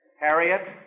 Harriet